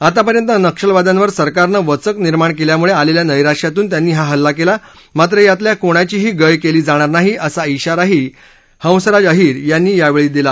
आतापर्यंत नक्षलवाद्यांवर सरकारने वचक निर्माण केल्यामुळे आलेल्या नैराश्यातून त्यांनी हा हल्ला केला मात्र यातील कोणाचीही गय केली जाणार नाही असा इशाराही त्यांनी यावेळी दिला